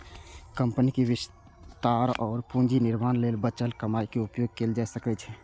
कंपनीक विस्तार और पूंजी निर्माण लेल बचल कमाइ के उपयोग कैल जा सकै छै